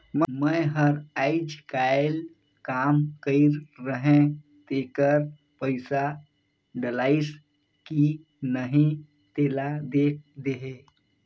मै हर अईचकायल काम कइर रहें तेकर पइसा डलाईस कि नहीं तेला देख देहे?